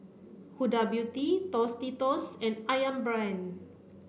Huda Beauty Tostitos and Ayam Brand